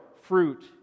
fruit